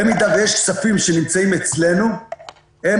במידה ויש כספים שנמצאים אצלנו הם